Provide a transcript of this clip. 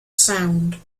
sound